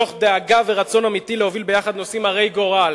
מתוך דאגה ורצון אמיתי להוביל ביחד נושאים הרי גורל,